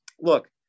look